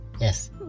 yes